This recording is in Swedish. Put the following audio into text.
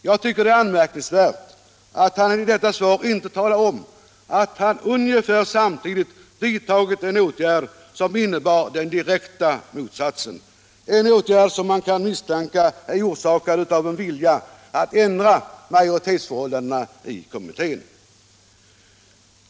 Jag tycker det är anmärkningsvärt att han i detta svar inte talade om att han ungefär samtidigt vidtagit en åtgärd som innebar den direkta motsatsen — en åtgärd som man kan misstänka var orsakad av en vilja att ändra majoritetsförhållandet i kommittén.